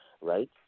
right